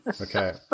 Okay